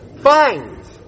finds